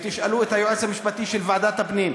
ותשאלו את היועץ המשפטי של ועדת הפנים.